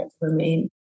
remain